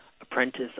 Apprentice